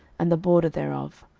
and the border thereof.